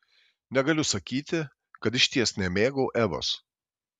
negaliu sakyti kad išties nemėgau evos